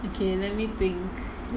okay let me think